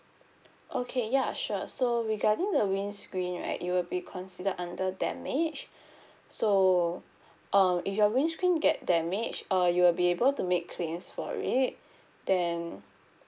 okay ya sure so regarding the windscreen right it will be considered under damage so um if your windscreen can get damaged uh you will be able to make claims for it then